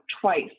twice